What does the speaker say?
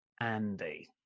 Andy